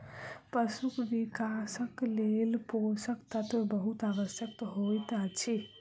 पशुक विकासक लेल पोषक तत्व बहुत आवश्यक होइत अछि